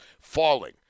Falling